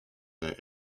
that